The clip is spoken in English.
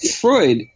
Freud